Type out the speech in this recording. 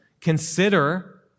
consider